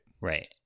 Right